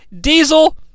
Diesel